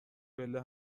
پله